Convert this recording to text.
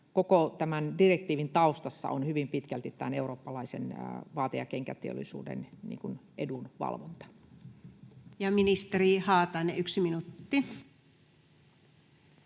Koko tämän direktiivin taustalla on hyvin pitkälti eurooppalaisen vaate- ja kenkäteollisuuden edunvalvonta. [Speech 96] Speaker: Anu